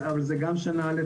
אבל זה גם שנה א' וגם שנה ב'.